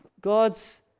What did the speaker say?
god's